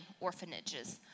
orphanages